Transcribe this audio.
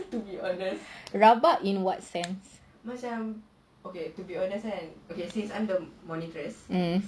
rabak in what sense